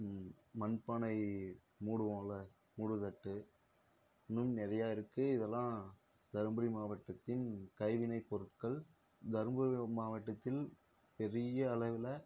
மண் பானை மூடுவோமில்ல மூடு தட்டு இன்னும் நிறையா இருக்குது இதெல்லாம் தர்மபுரி மாவட்டத்தின் கைவினைப் பொருட்கள் தர்மபுரி மாவட்டத்தில் பெரிய அளவில்